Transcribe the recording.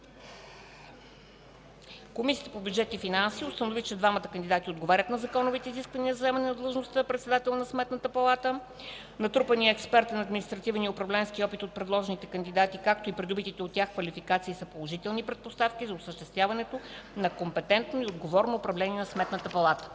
Комисията по бюджет и финанси установи, че двамата кандидати отговарят на законовите изисквания за заемане на длъжността председател на Сметната палата. Натрупаният експертен, административен и управленски опит от предложените кандидати, както и придобитите от тях квалификации, са положителни предпоставки за осъществяването на компетентно и отговорно управление на Сметната палата.